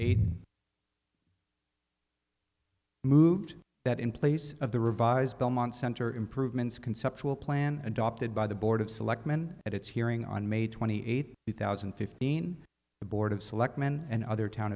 eight moved that in place of the revised belmont center improvements conceptual plan adopted by the board of selectmen at its hearing on may twenty eighth two thousand and fifteen the board of selectmen and other town